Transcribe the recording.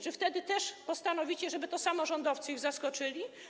Czy wtedy też postanowicie, żeby to samorządowcy ich zastąpili?